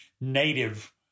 native